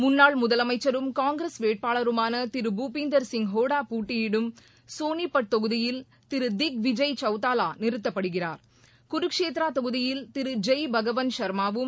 முன்னாள் முதலமைச்சரும் காங்கிரஸ் வேட்பாளருமான திரு பூபிந்தர் சிங்ஹுடா போட்டியிடும் சோனிபட் தொகுதியில் திரு திக்விஜய் சௌத்தாலா நிறுத்தப்படுகிறார் குருஷேத்ரா தொகுதியில் திரு ஜெய்பகவன் ஷர்மாவும்